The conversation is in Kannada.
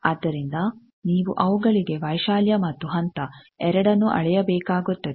ಆದ್ದರಿಂದ ನೀವು ಅವುಗಳಿಗಾಗಿ ವೈಶಾಲ್ಯ ಮತ್ತು ಹಂತ ಎರಡನ್ನೂ ಅಳೆಯಬೇಕಾಗುತ್ತದೆ